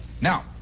Now